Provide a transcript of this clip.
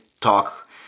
talk